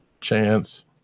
chance